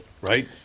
Right